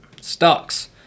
stocks